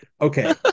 Okay